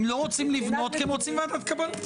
הם לא רוצים לבנות כי הם רוצים ועדת קבלה.